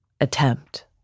attempt